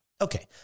Okay